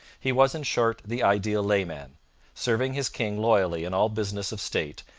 he was, in short, the ideal layman serving his king loyally in all business of state,